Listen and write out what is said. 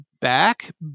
back